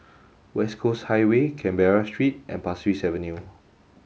West Coast Highway Canberra Street and Pasir Ris Avenue